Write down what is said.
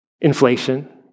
inflation